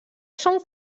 són